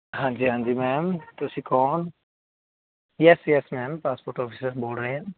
ਹਾਂਜੀ ਹਾਂਜੀ ਮੈਮ ਤੁਸੀਂ ਕੋਣ yes yes ma'am passport officer ਬੋਲ ਰਿਹਾ